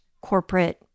corporate